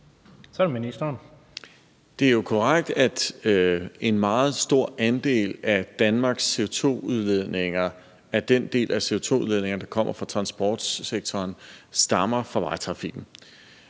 Det er jo korrekt, at en meget stor del af den CO2-udledning i Danmark, der kommer fra transportsektoren, stammer fra vejtrafikken,